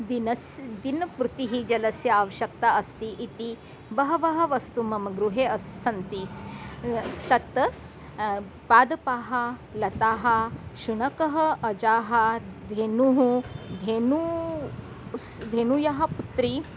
दिनस्य दिनं पूर्तिः जलस्य आवश्यकता अस्ति इति बहूनि वस्तूनि मम गृहे अस्य सन्ति तत् पादपाः लताः शुनकः अजाः धेनुः धेनुः धेनवः पुत्र्यः